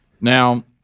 Now –